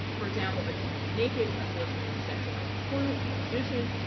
for example, by keeping them naked, by forcing them to sexualized performance and positions,